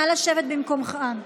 נא לשבת במקומותיכם.